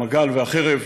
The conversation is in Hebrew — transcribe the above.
המגל והחרב,